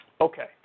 Okay